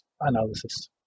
analysis